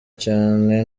cyane